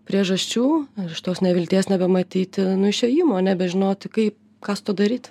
priežasčių ar iš tos nevilties nebematyti nu išėjimo nebežinoti kaip ką su tuo daryt